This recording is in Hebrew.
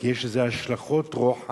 כי יש לזה השלכות רוחב